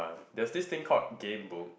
there is this thing called Gamebooks